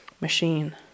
machine